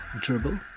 dribble